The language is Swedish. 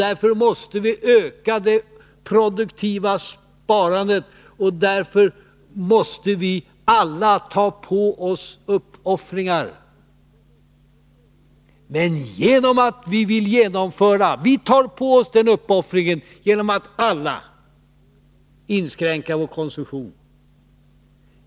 Därför måste vi öka det produktiva sparandet, och alla måste göra uppoffringar och inskränka sin konsumtion.